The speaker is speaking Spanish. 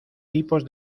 tipos